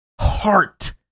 Heart